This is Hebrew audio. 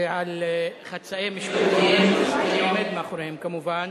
ועל חצאי משפטים, שאני עומד מאחוריהם כמובן.